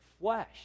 flesh